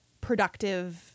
productive